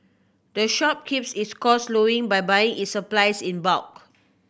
the shop keeps its costs low by buying its supplies in bulk